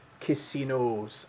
casinos